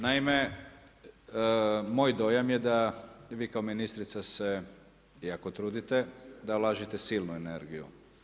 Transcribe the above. Naime, moj dojam je da vi kao ministrica se jako trudite, da ulažete silnu energiju.